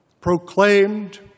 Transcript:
proclaimed